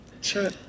Sure